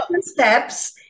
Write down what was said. steps